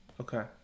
Okay